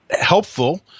helpful